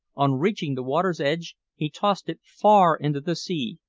on reaching the water's edge he tossed it far into the sea,